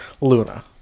Luna